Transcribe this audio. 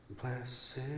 Blessed